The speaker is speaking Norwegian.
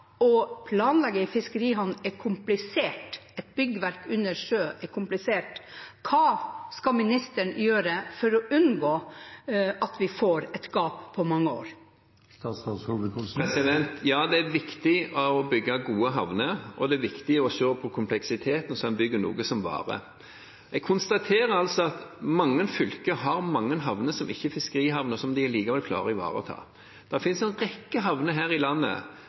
å planlegge en fiskerihavn er komplisert, et byggverk under sjø er komplisert. Hva skal ministeren gjøre for å unngå at vi får et gap på mange år? Ja, det er viktig å bygge gode havner, og det er viktig å se på kompleksiteten, så en bygger noe som varer. Jeg konstaterer at mange fylker har mange havner som ikke er fiskerihavner som de allikevel klarer å ivareta. Det finnes en rekke havner her i landet